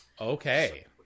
okay